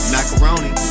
Macaroni